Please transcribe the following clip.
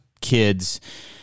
kids